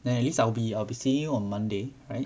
then at least I'll be I'll be seeing you on monday right